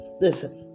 listen